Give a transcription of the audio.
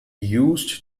used